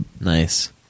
Nice